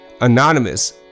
anonymous